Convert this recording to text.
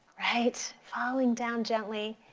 right? falling down gently.